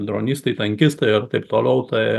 dronistai tankistai ir taip toliau tai